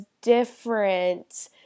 different